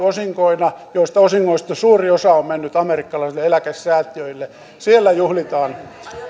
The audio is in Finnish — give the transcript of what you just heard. osinkoina joista suuri osa on mennyt amerikkalaisille eläkesäätiöille siellä juhlitaan